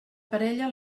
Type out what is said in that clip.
parella